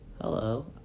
Hello